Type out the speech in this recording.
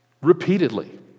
Repeatedly